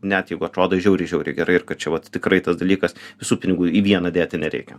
net jeigu atrodo žiauriai žiauriai gerai ir kad čia vat tikrai tas dalykas visų pinigų į vieną dėti nereikia